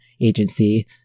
agency